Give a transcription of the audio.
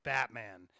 Batman